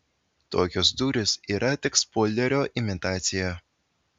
tokios durys yra tik spoilerio imitacija